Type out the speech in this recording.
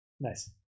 Nice